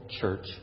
church